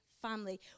family